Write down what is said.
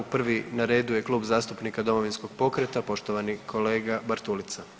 Prvi na redu je Kluba zastupnika Domovinskog pokreta poštovani kolega Bartulica.